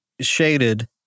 shaded